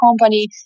company